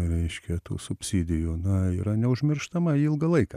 reiškia tų subsidijų na yra neužmirštama ilgą laiką